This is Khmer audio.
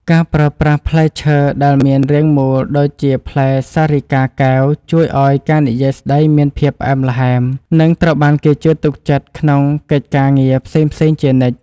ការប្រើប្រាស់ផ្លែឈើដែលមានរាងមូលដូចជាផ្លែសិរិកាកែវជួយឱ្យការនិយាយស្ដីមានភាពផ្អែមល្ហែម និង ត្រូវបានគេជឿទុកចិត្តក្នុងកិច្ចការងារផ្សេងៗជានិច្ច។